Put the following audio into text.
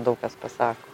daug kas pasako